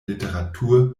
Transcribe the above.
literatur